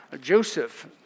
Joseph